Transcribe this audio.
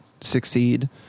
succeed